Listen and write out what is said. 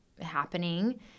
happening